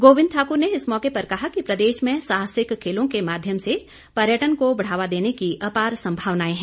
गोबिंद ठाकुर ने इस मौके पर कहा कि प्रदेश में साहसिक खेलों के माध्यम से पर्यटन को बढ़ावा देने की अपार संभावनाएं हैं